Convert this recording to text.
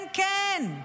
כן, כן,